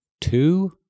two